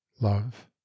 love